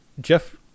Jeff